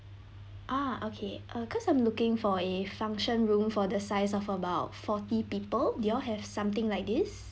ah okay uh because I'm looking for a function room for the size of about forty people do you all have something like this